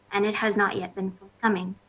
and it has not yet been coming.